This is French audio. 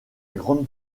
grande